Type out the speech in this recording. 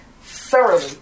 thoroughly